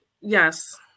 yes